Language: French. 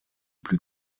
plus